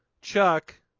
Chuck